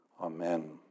Amen